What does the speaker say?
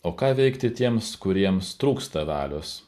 o ką veikti tiems kuriems trūksta valios